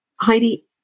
Heidi